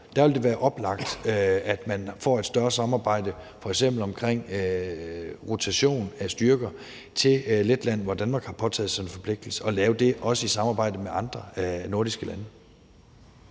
Der vil det være oplagt, at man får et større samarbejde, f.eks. omkring rotation af styrker til Letland, hvor Danmark har påtaget sig en forpligtelse, og at lave det også i samarbejde med andre nordiske lande.